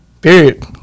period